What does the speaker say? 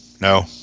No